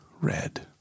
red